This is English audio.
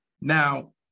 Now